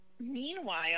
Meanwhile